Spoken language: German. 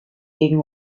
gegen